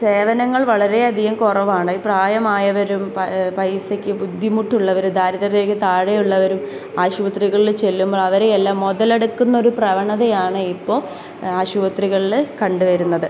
സേവനങ്ങൾ വളരെയധികം കുറവാണ് പ്രായമായവരും പൈസക്ക് ബുദ്ധിമുട്ടുള്ളവർ ദാരിദ്ര്യരേഖയ്ക്ക് താഴെയുള്ളവരും ആശുപത്രികളിൽ ചെല്ലുമ്പോൾ അവരെ എല്ലാം മുതലെടുക്കുന്ന ഒരു പ്രവണതയാണ് ഇപ്പോൾ ആശുപത്രികളിൽ കണ്ടുവരുന്നത്